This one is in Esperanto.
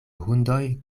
hundoj